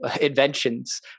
inventions